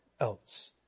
else